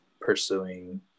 pursuing